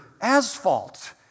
asphalt